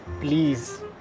Please